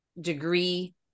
degree